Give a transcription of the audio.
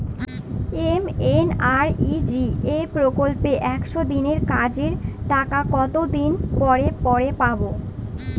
MNREGA প্রকল্পে একশ দিনের কাজের টাকা কতদিন পরে পরে পাব?